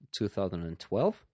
2012